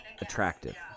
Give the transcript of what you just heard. attractive